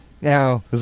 Now